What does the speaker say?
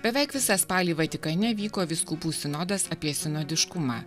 beveik visą spalį vatikane vyko vyskupų sinodas apie sinodiškumą